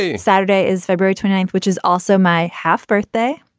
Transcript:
yeah saturday is february twenty ninth, which is also my half birthday.